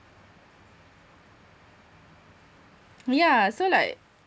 yeah so like